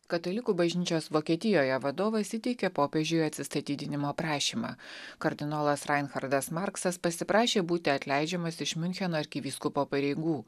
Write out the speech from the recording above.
katalikų bažnyčios vokietijoje vadovais įteikė popiežiui atsistatydinimo prašymą kardinolas rainchardas marksas pasiprašė būti atleidžiamas iš miuncheno arkivyskupo pareigų